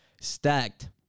Stacked